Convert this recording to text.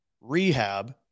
rehab